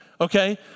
okay